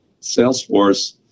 Salesforce